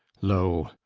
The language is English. lo,